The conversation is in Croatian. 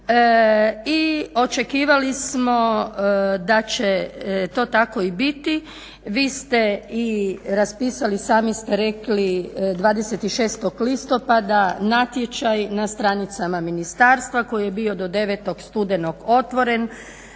i očekivali smo da će to tako i biti. Vi ste i raspisali sami ste rekli 26. listopada natječaj na stranicama ministarstva koji je bio do 9. studenog otvoren.